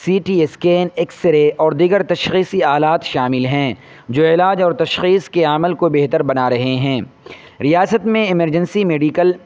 سی T scan X ray اور دیگر تشخیصی آلات شامل ہیں جو علاج اور تشخیص کے عمل کو بہتر بنا رہے ہیں ریاست میں ایمرجنسی میڈیکل